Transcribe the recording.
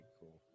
cool